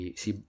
si